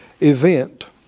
event